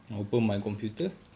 I open my computer